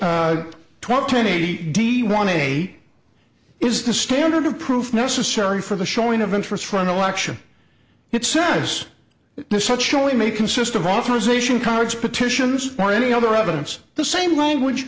d one eight is the standard of proof necessary for the showing of interest for an election it serves no such only may consist of authorization cards petitions or any other evidence the same language